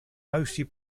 mostly